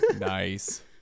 Nice